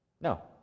No